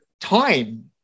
time